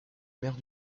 mère